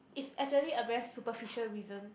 is actually a very superficial reason